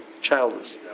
childless